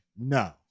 no